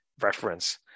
reference